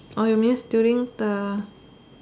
orh you miss doing the